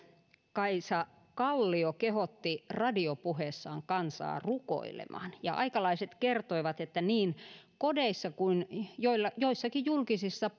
kaisa kallio kehotti radiopuheessaan kansaa rukoilemaan ja aikalaiset kertovat että niin kodeissa kuin joissakin julkisissa